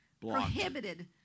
prohibited